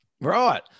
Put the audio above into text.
Right